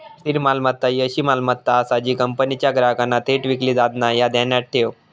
स्थिर मालमत्ता ही अशी मालमत्ता आसा जी कंपनीच्या ग्राहकांना थेट विकली जात नाय, ह्या ध्यानात ठेव